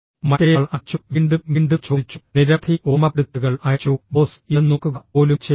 മറ്റേയാൾ അയച്ചു വീണ്ടും വീണ്ടും ചോദിച്ചു നിരവധി ഓർമ്മപ്പെടുത്തലുകൾ അയച്ചു ബോസ് ഇത് നോക്കുക പോലും ചെയ്യുന്നില്ല